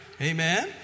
Amen